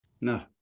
No